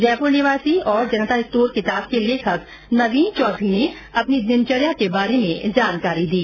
जयपुर निवासी और जनता स्टोर किताब के लेखक नवीन चौधरी ने अपनी दिनचर्या के बारे में जानकारी दी